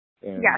Yes